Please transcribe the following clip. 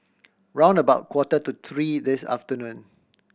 round about quarter to three this afternoon